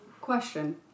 question